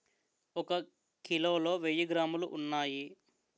ఒక కిలోలో వెయ్యి గ్రాములు ఉన్నాయి